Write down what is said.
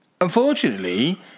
unfortunately